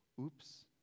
Oops